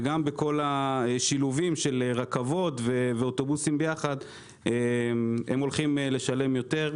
וגם בכל השילובים של רכבות ואוטובוסים ביחד הם הולכים לשלם יותר.